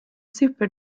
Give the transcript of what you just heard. super